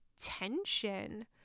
tension